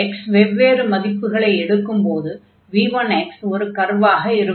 x வெவ்வேறு மதிப்புகளை எடுக்கும்போது v1 ஒரு கர்வாக இருக்கும்